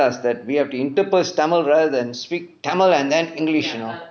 reminded us that we have to interperse tamil rather than speak tamil and then english you know